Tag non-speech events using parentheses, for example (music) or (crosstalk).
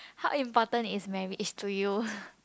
how important is marriage to you (breath)